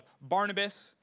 Barnabas